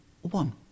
one